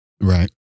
Right